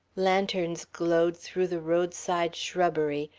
lanterns glowed through the roadside shrubbery,